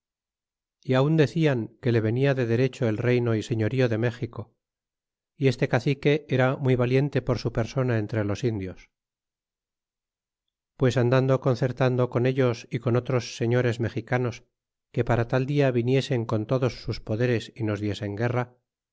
y aun decien que le venia de derecho el reyno y señorío de méxico y este cacique era muy valiente por su persona entre los indios pues andando concertando con ellos y con otros señores mexicanos que para tal dia viniesen con todos sus poderes y nos diesen guerra